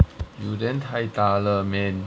you then 太大了 man